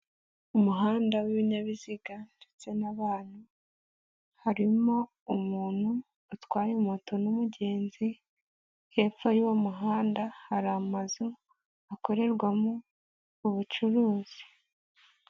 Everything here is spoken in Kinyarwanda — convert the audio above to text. Umuhanda w'ibinyabiziga ndetse n'abantu, harimo umuntu atwaye moto n'umugenzi, hepfo y'uwo muhanda hari amazu akorerwamo ubucuruzi.